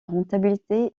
rentabilité